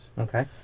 Okay